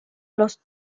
los